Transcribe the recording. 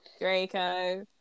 Draco